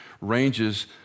ranges